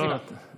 לא, לא, לא.